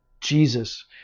Jesus